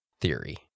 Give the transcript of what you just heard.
theory